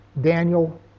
Daniel